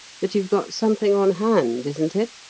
that you've got something on hand, isn't it?